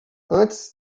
antes